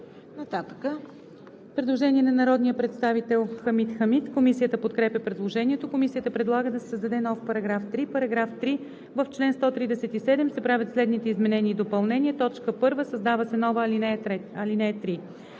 Предложение на народния представител Хамид Хамид. Комисията подкрепя предложението. Комисията предлага да се създаде нов § 3: „§ 3. В чл. 137 се правят следните изменения и допълнения: 1. Създава се нова ал. 3: